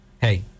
Hey